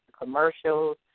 commercials